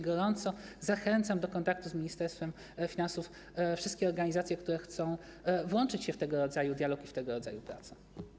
Gorąco zachęcam do kontaktu z Ministerstwem Finansów wszystkie organizacje, które chcą włączyć się w tego rodzaju dialog i w tego rodzaju prace.